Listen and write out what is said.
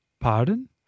Pardon